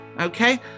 Okay